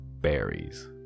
berries